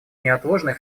неотложный